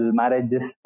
marriages